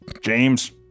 James